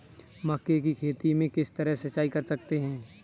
मक्के की खेती में किस तरह सिंचाई कर सकते हैं?